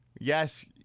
yes